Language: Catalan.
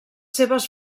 seves